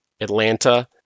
Atlanta